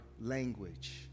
language